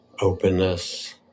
openness